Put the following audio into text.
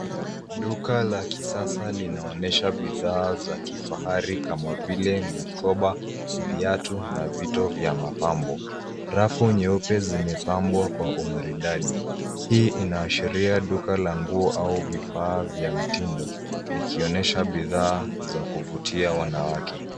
Duka la kisasa linaonyesha bidhaa za kifahari Kama vile mikoba na viatu na vitu vya mapambo. Rafu nyeupe zimepambwa kwa umaridadi. Hii inaashiria duka la nguo au vifaa vya mtindo vikionyesha bidhaa za kuvutia wanawake.